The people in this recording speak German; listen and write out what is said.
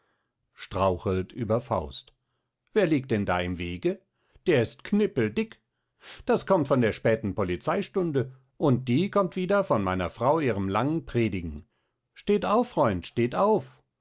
strauchelt über faust wer liegt denn da im wege der ist knippeldick das kommt von der späten policeistunde und die kommt wieder von meiner frau ihrem langen predigen steht auf freund steht auf